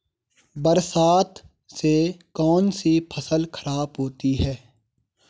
बरसात से कौन सी फसल खराब होती है?